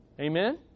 amen